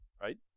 right